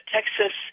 Texas